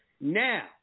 Now